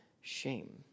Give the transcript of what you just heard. shame